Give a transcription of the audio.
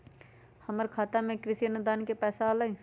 हमर खाता में कृषि अनुदान के पैसा अलई?